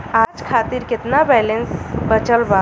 आज खातिर केतना बैलैंस बचल बा?